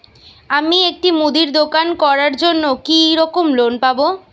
আমি একটি মুদির দোকান করার জন্য কি রকম লোন পাব?